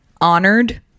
honored